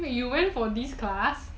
wait you went for this class